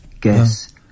guess